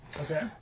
Okay